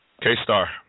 K-Star